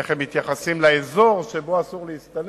איך הם מתייחסים לאזור שבו אסור להסתנן.